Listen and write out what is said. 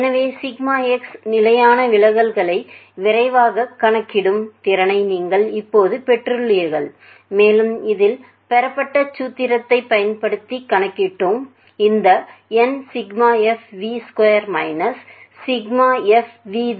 எனவேσx நிலையான விலகல்களை விரைவாகக் கணக்கிடும் திறனை நீங்கள் இப்போது பெற்றுள்ளீர்கள் மேலும் இதில் பெறப்பட்ட சூத்திரத்தைப் பயன்படுத்திக் கணக்கிட்டோம் இந்த nfv2 2n